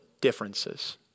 differences